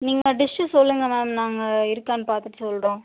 நீங்கள் டிஷ்ஷு சொல்லுங்கள் மேம் நாங்கள் இருக்கான்னு பார்த்துட்டு சொல்லுறோம்